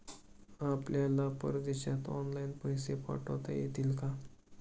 आपल्याला परदेशात ऑनलाइन पैसे पाठवता येतील का?